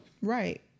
Right